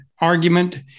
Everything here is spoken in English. argument